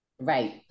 Right